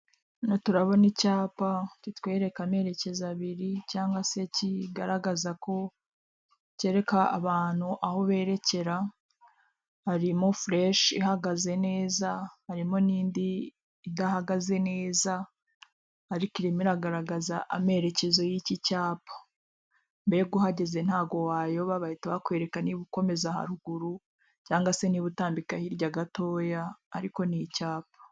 Hano turahabona icyapa kitwereka amerekezo abiri cyangwa se kigaragaza ko kereka abantu aho berekera, harimo fuleshi ihagaze neza harimo n'indi idahagaze neza ariko irimo iragaragaza amerekezo y'iki cyapa. Mbega uhageze ntago wayoba, bahita bakwereka niba ukomeza haruguru , cyangwa se niba utambika hirya gatoya, ariko ni icyapa.